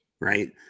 right